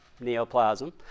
Neoplasm